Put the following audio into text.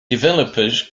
developers